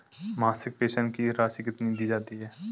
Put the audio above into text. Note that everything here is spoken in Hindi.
मासिक पेंशन की राशि कितनी दी जाती है?